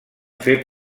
fer